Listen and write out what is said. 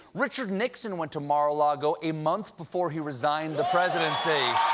richard nixon went to mar-a-lago a month before he resigned the presidency.